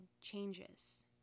changes